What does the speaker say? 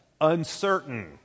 Uncertain